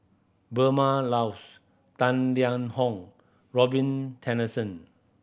Vilma Laus Tang Liang Hong Robin Tessensohn